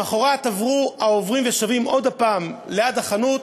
למחרת עברו עוברים ושבים עוד פעם ליד החנות,